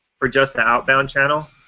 for just an outbound channel?